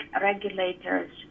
regulators